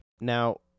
Now